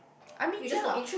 I mean ya